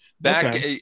Back